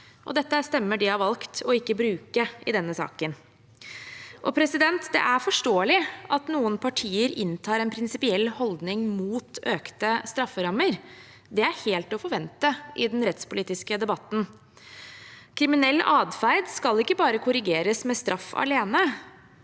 Dette er stemmer de har valgt å ikke bruke i denne saken. Det er forståelig at noen partier inntar en prinsipiell holdning mot økte strafferammer. Det er helt å forvente i den rettspolitiske debatten. Kriminell atferd skal ikke bare korrigeres med straff alene,